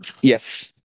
Yes